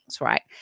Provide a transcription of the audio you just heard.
right